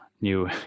new